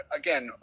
again